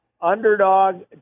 underdog